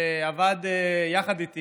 שעבד יחד איתי